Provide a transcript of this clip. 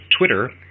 Twitter